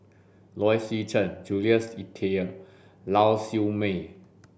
Low Swee Chen Jules Itier Lau Siew Mei